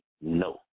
no